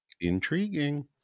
intriguing